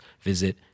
visit